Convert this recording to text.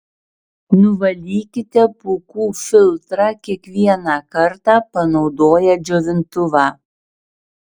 nuvalykite pūkų filtrą kiekvieną kartą panaudoję džiovintuvą